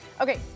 Okay